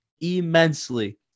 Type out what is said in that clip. immensely